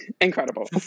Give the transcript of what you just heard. Incredible